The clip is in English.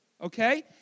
okay